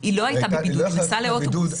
היא לא הייתה בבידוד, היא נסעה באוטובוס.